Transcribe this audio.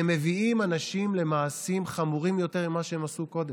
הם מביאים אנשים למעשים חמורים יותר ממה שהם עשו קודם,